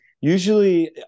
Usually